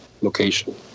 location